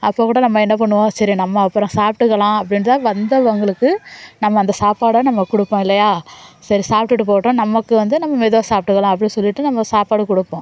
அப்போக்கூட நம்ம என்ன பண்ணுவோம் சரி நம்ம அப்புறம் சாப்பிட்டுக்கலாம் அப்படின்ட்டுதான் வந்தவங்களுக்கு நம்ம அந்த சாப்பாடை நம்ம கொடுப்போம் இல்லையா சரி சாப்பிடுட்டு போட்டும் நமக்கு வந்து நம்ம மெதுவாக சாப்பிட்டுக்கலாம் அப்படினு சொல்லிட்டு நம்ம சாப்பாடு கொடுப்போம்